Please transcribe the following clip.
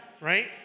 right